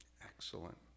Excellent